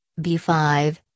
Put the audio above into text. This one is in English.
B5